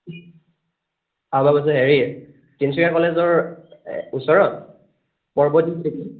তিনিচুকীয়া কলেজৰ ওচৰত পৰ্বতীয়া